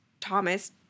Thomas